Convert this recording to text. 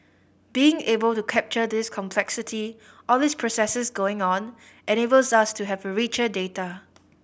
being able to capture this complexity all these processes going on enables us to have richer data